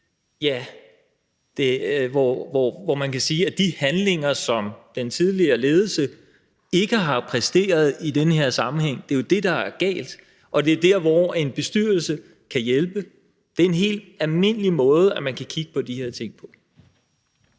der, hvor man kan sige, at de handlinger, som den tidligere ledelse ikke har præsteret i den her sammenhæng, er det, der er galt. Det er der, hvor en bestyrelse kan hjælpe. Det er en helt almindelig måde, man kan kigge på de her ting på.